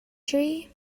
tree